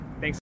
Thanks